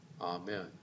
Amen